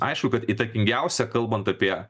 aišku kad įtakingiausia kalbant apie